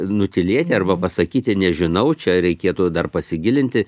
nutylėti arba pasakyti nežinau čia reikėtų dar pasigilinti